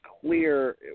clear